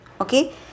Okay